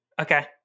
Okay